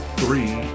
three